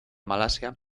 malasia